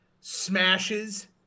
smashes